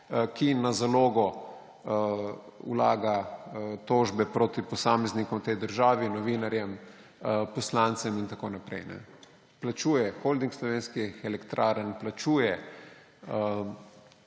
ki na zalogo vlaga tožbe proti posameznikom v tej državi, novinarjem, poslancem in tako naprej. Holding slovenskih elektrarn plačuje